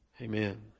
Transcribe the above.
Amen